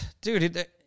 Dude